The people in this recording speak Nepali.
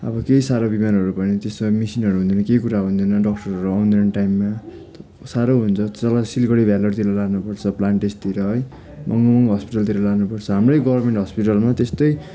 अब केही साह्रो बिमारहरू भयो भने त्यस्तो मसिनहरू हुँदैन केही कुरा हुँदैन डक्टरहरू आउँदैन टाइममा साह्रो हुन्छ तल सिलगढी भेल्लोरतिर लानुपर्छ प्लान्टेजतिर है महँगो महँगो हस्पिटलतिर लानुपर्छ हाम्रै गभर्मेन्ट हस्पिटलमा त्यस्तै